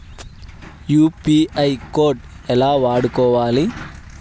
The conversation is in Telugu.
యూ.పీ.ఐ కోడ్ ఎలా వాడుకోవాలి?